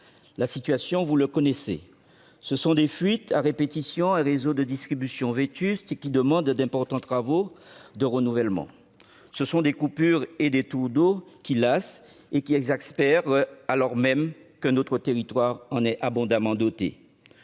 La situation, vous la connaissez : ce sont des fuites à répétition et un réseau de distribution vétuste, qui demande d'importants travaux de renouvellement ; ce sont des coupures et des « tours d'eau » qui lassent, voire exaspèrent, alors même que cette ressource est abondante dans